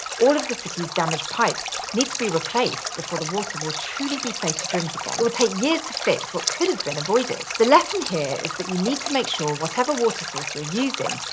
all of the city's damaged pipes need to be replaced before the water will truly be safe to drink again. it will take years to fix what could've been avoided. the lesson here is that you need to make sure whatever water source you're using,